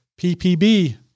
PPB